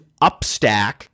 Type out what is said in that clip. upstack